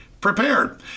prepared